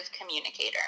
communicator